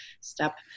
step